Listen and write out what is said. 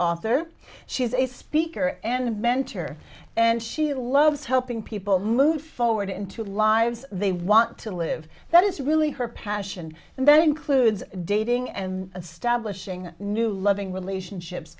author she's a speaker and a mentor and she loves helping people move forward into lives they want to live that is really her passion and then includes dating and establishing new loving relationships